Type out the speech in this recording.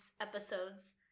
episodes